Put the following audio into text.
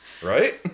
Right